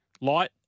Light